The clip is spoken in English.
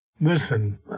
listen